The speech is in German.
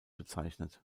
bezeichnet